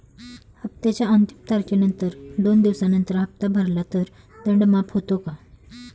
हप्त्याच्या अंतिम तारखेनंतर दोन दिवसानंतर हप्ता भरला तर दंड माफ होतो का?